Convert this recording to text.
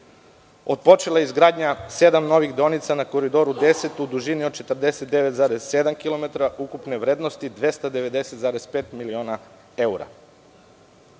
Otpočela je izgradnja sedam novih deonica na Koridoru 10 u dužini od 49,7 kilometara ukupne vrednosti 290,5 miliona evra.